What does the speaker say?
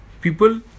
People